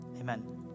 amen